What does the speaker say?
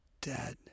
dead